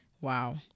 wow